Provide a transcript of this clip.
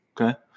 Okay